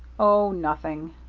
oh, nothing,